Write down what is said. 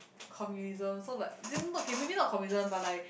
communism so like as in okay maybe not communism but like